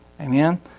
Amen